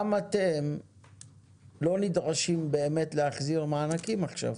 גם אתם לא נדרשים באמת להחזיר מענקים עכשיו,